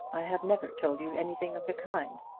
i have never told you anything of the kind.